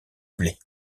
blé